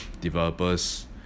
developers